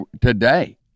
today